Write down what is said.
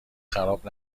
خراب